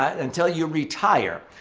until you retire.